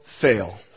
fail